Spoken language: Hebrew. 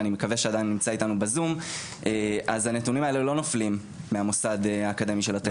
אז הנתונים האלה לא נופלים מהמוסד האקדמי של הטכניון.